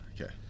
Okay